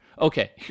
Okay